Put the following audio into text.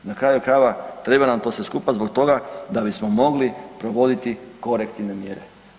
Na kraju krajeva, treba nam to sve skupa zbog toga bismo mogli provoditi korektivne mjere.